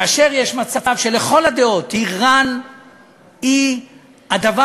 כאשר יש מצב שבו לכל הדעות איראן היא הדבר